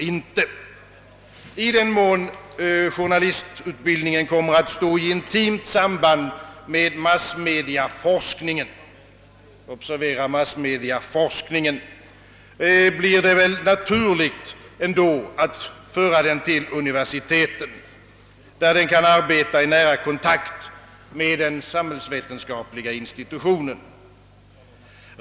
I den mån journalistutbildningen kommer att stå i intimt samband - med massmediaforskningen, blir det väl ändå naturligt att föra den till universiteten, där den kan arbeta i nära kontakt med den samhällsvetenskapliga institutionen.